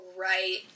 right